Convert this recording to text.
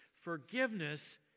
Forgiveness